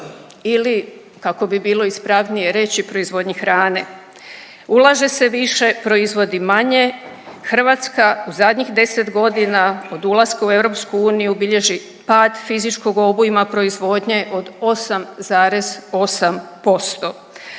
ili kako bi bilo ispravnije reći proizvodnji hrane. Ulaže se više, proizvodi manje. Hrvatska u zadnjih 10 godina od ulaska u EU bilježi pad fizičkog obujma proizvodnje od 8,8%.